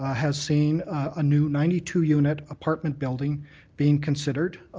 ah has seen a new ninety two unit apartment building being considered.